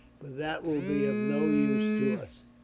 but that will be of no use to us.